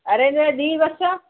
ଦୁଇ ବର୍ଷ